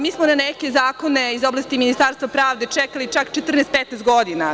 Mi smo na neke Zakone iz oblasti Ministarstva pravde čekali čak 14-15 godina.